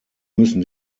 müssen